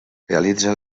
realitzen